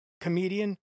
comedian